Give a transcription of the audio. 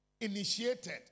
initiated